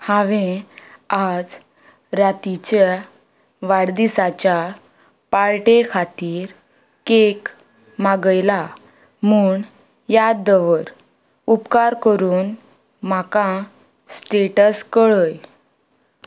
हांवें आज रातीच्या वाडदिसाच्या पार्टे खातीर केक मागयला म्हूण याद दवर उपकार करून म्हाका स्टेटस कळय